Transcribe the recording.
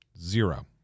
Zero